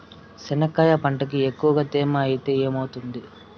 చెనక్కాయ పంటకి ఎక్కువగా తేమ ఐతే ఏమవుతుంది?